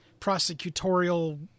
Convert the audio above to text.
prosecutorial